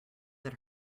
that